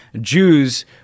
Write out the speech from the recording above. Jews